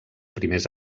primers